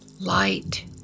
light